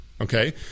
okay